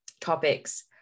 topics